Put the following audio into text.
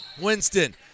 Winston